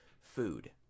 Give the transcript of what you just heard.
food